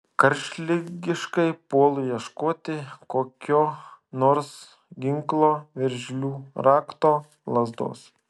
karštligiškai puolu ieškoti kokio nors ginklo veržlių rakto lazdos